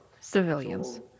civilians